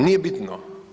Nije bitno.